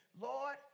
Lord